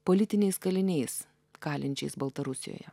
politiniais kaliniais kalinčiais baltarusijoje